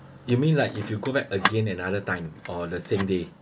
you mean like if you go back again another time or the same day